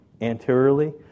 anteriorly